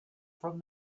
from